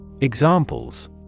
Examples